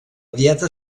dieta